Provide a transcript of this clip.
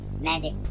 magic